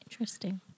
interesting